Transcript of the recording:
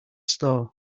store